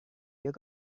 your